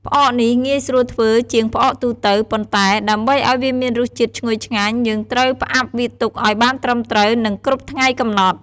ផ្អកនេះងាយស្រួលធ្វើជាងផ្អកទូទៅ ប៉ុន្តែ ដើម្បីឱ្យវាមានរសជាតិឈ្ងុយឆ្ងាញ់ យើងត្រូវផ្អាប់វាទុកឱ្យបានត្រឹមត្រូវ និងគ្រប់ថ្ងៃកំណត់។